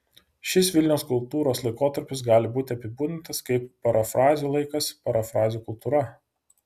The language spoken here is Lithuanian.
šis vilniaus kultūros laikotarpis gali būti apibūdintas kaip parafrazių laikas parafrazių kultūra